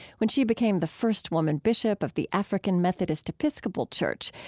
when she became the first woman bishop of the african methodist episcopal church,